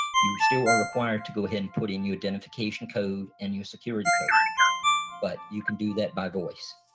you still are required to go ahead and put in your identification code and your security code but you can do that by voice.